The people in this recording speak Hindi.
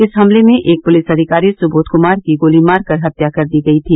इस हमले में एक पुलिस अधिकारी सुबोध कुमार की गोली मारकर हत्या कर दी गई थी